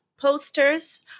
posters